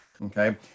Okay